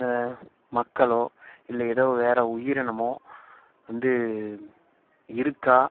மக்களோ இல்லை வேற ஏதோ உயிரினமோ வந்து இருக்கா